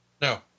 No